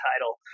title